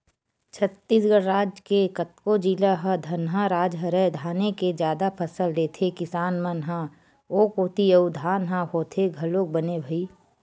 छत्तीसगढ़ राज के कतको जिला ह धनहा राज हरय धाने के जादा फसल लेथे किसान मन ह ओ कोती अउ धान ह होथे घलोक बने भई